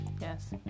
Yes